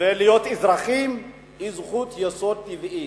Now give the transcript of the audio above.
ולהיות אזרחים היא זכות יסוד טבעית.